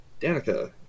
danica